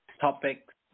topics